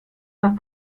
nach